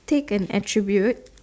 take an attribute